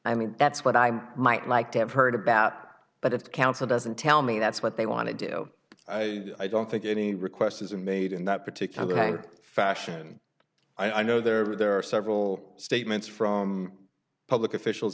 i mean that's what i'm might like to have heard about but if the council doesn't tell me that's what they want to do i i don't think any request is made in that particular fashion i know there are there are several statements from public officials